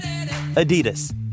adidas